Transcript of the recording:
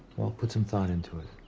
well, put some thought into it.